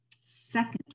second